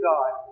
God